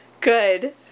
Good